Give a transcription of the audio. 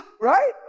Right